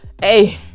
Hey